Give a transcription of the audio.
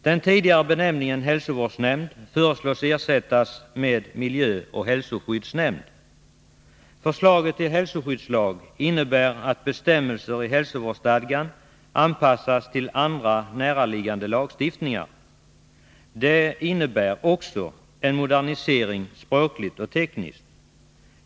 Den tidigare benämningen hälsovårdsnämnd föreslås bli ersatt med miljöoch hälsoskyddsnämnd. Förslaget till hälsoskyddslag innebär att bestämmelser i hälsovårdsstadgan anpassas till andra näraliggande lagstiftningar. Det innebär också en modernisering språkligt och tekniskt.